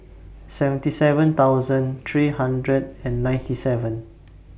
seventy seven thousand three hundred and ninety seven